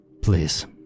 Please